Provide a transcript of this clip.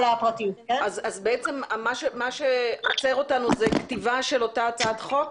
אז מה שעוצר אותנו זה כתיבה של אותה הצעת חוק